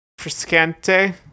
Friscante